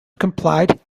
complied